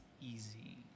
easy